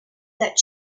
that